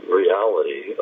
reality